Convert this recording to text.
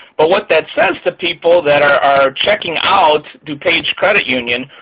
but what that says to people that are checking out dupage credit union,